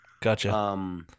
Gotcha